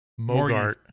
Mogart